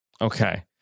okay